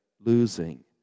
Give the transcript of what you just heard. losing